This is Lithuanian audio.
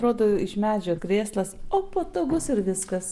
rodo iš medžio krėslas o patogus ir viskas